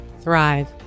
thrive